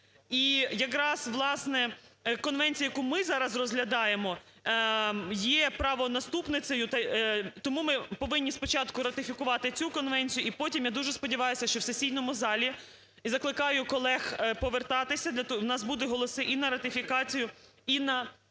І якраз, власне, конвенція, яку ми зараз розглядаємо, є правонаступницею. Тому ми повинні спочатку ратифікувати цю конвенцію і потім, я дуже сподіваюся, що в сесійному залі, і закликаю колег повертатися, в нас будуть голоси і на ратифікацію, і на